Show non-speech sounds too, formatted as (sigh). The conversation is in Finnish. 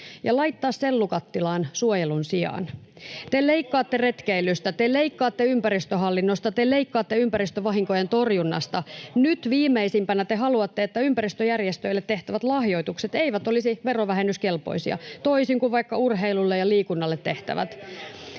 (noise) Te leikkaatte retkeilystä, te leikkaatte ympäristöhallinnosta, te leikkaatte ympäristövahinkojen torjunnasta. Nyt viimeisimpänä te haluatte, että ympäristöjärjestöille tehtävät lahjoitukset eivät olisi verovähennyskelpoisia, toisin kuin vaikka urheilulle ja liikunnalle tehtävät.